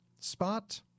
spot